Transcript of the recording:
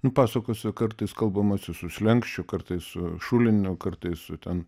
nu pasakose kartais kalbamasi su slenksčiu kartais šuliniu kartais su ten